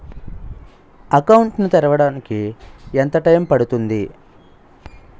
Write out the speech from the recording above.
Account ను తెరవడానికి ఎంత టైమ్ పడుతుంది?